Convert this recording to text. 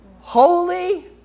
holy